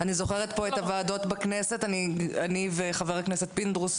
הנשים הבגירות,